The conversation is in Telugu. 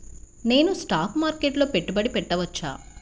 నేను స్టాక్ మార్కెట్లో పెట్టుబడి పెట్టవచ్చా?